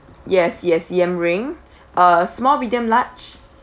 yes yes yam ring uh small medium large